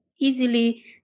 easily